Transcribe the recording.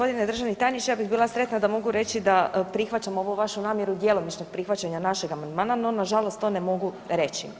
Poštovani g. državni tajniče, ja bi bih bila sretna da mogu reći da prihvaćam ovu vašu namjeru djelomičnog prihvaćanja našeg amandmana, no nažalost to ne mogu reći.